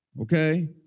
Okay